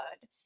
good